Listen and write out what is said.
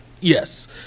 yes